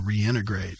reintegrate